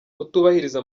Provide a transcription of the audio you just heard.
kutubahiriza